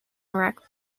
rack